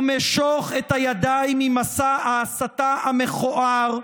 ומשוך את הידיים ממסע ההסתה המכוער,